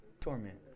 torment